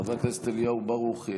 חבר הכנסת אליהו ברוכי,